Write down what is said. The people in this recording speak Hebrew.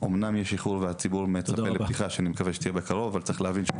אין שום סיבה שלוקח חצי שנה להעביר